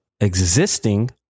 existing